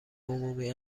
عمومی